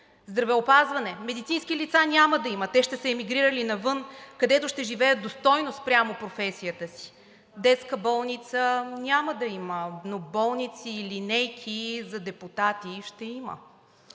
Здравеопазване. Медицински лица няма да има, те ще са емигрирали навън, където ще живеят достойно спрямо професията си. Детска болница няма да има, но болници и линейки за депутати ще има.